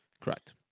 Correct